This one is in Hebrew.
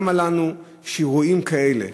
למה לנו שיעורים כאלה